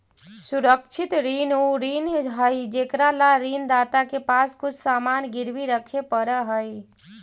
सुरक्षित ऋण उ ऋण हइ जेकरा ला ऋण दाता के पास कुछ सामान गिरवी रखे पड़ऽ हइ